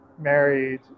married